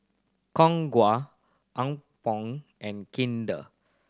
Khong Guan Apgujeong and Kinder